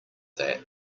that